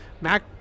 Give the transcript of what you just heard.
Mac